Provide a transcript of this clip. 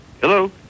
Hello